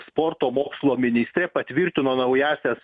sporto mokslo ministrė patvirtino naująsias